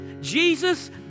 Jesus